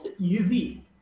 easy